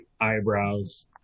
eyebrows